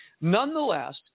nonetheless